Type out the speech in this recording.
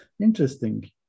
interesting